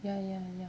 ya ya ya